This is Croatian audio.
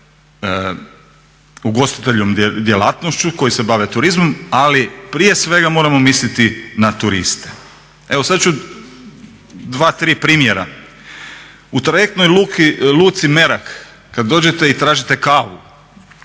ugostiteljskom djelatnošću, koji se bave turizmom, ali prije svega moramo misliti na turiste. Evo sad ću 2-3 primjera. U trajektnoj luci Merak kad dođete i tražite kavu